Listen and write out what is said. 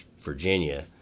Virginia